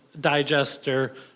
digester